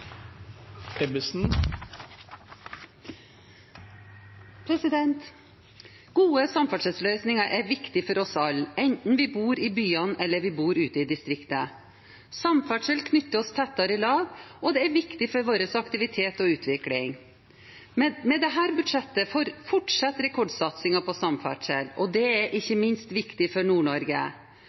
for oss alle, enten vi bor i byene eller ute i distriktene. Samferdsel knytter oss tettere i lag, og det er viktig for vår aktivitet og utvikling. Med dette budsjettet fortsetter rekordsatsingen på samferdsel, og det er ikke minst viktig for